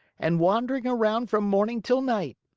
and wandering around from morning till night.